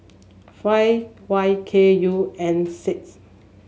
five Y K U N six